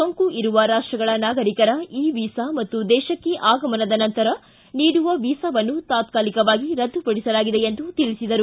ಸೋಂಕು ಇರುವ ರಾಷ್ಟಗಳ ನಾಗರಿಕರ ಇ ವೀಸಾ ಮತ್ತು ದೇಶಕ್ಕೆ ಆಗಮನದ ನಂತರ ನೀಡುವ ವೀಸಾವನ್ನು ತಾತ್ಕಾಲಿಕವಾಗಿ ರದ್ದುಪಡಿಸಲಾಗಿದೆ ಎಂದು ತಿಳಿಸಿದರು